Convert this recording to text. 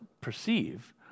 perceive